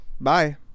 Bye